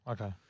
Okay